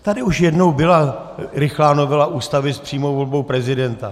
Tady už jednou byla rychlá novela Ústavy s přímou volbou prezidenta.